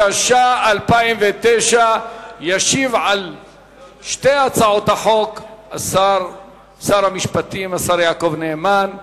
התש"ע 2009. ישיב על שתי הצעות החוק שר המשפטים יעקב נאמן.